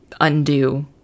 undo